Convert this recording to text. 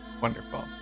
Wonderful